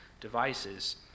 Devices